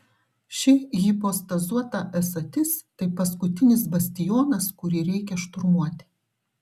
ši hipostazuota esatis tai paskutinis bastionas kurį reikia šturmuoti